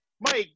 Mike